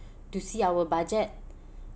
to see our budget